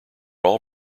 all